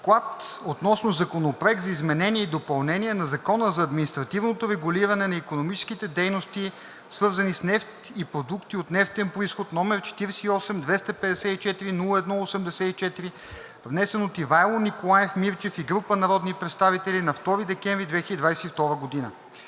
Законопроект за изменение и допълнение на закона за административното регулиране на икономическите дейности, свързани с нефт и продукти от нефтен произход, с № 48-254-01-84, внесен от Ивайло Мирчев и група народни представители на 2 декември 2022 г.